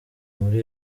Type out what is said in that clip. muri